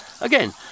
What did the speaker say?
Again